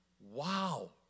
Wow